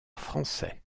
français